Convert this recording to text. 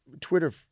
Twitter